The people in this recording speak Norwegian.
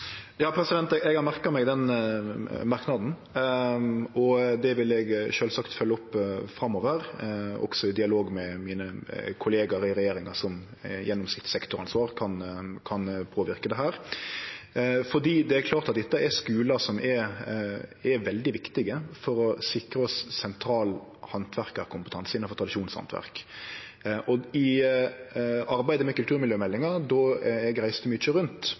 Eg har merka meg den merknaden, og det vil eg sjølvsagt følgje opp framover også i dialog med mine kollegaer i regjeringa som gjennom sitt sektoransvar kan påverke dette, for det er klart at dette er skular som er veldig viktige for å sikre oss sentral handverkarkompetanse innanfor tradisjonshandverk. I arbeidet med kulturmiljømeldinga, då eg reiste mykje rundt,